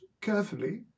carefully